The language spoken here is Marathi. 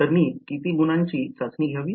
तर मी किती गुणांची चाचणी घ्यावी